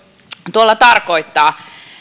tuolla tarkoittaa